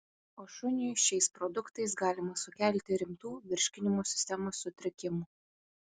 o šuniui šiais produktais galima sukelti rimtų virškinimo sistemos sutrikimų